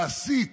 להסיט